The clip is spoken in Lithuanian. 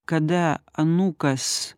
kada anūkas